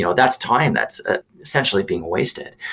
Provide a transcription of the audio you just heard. so that's time that's essentially being wasted.